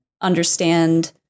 understand